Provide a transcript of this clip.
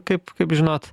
kaip kaip žinot